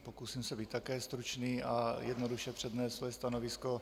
Pokusím se být také stručný a jednoduše přednést svoje stanovisko.